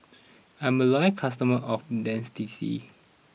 I'm a loyal customer of Dentiste